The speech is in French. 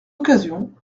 occasion